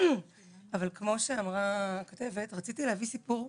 אבל כמו שאמרה מיכל פעילן, רציתי להביא סיפור.